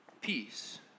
peace